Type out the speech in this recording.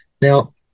Now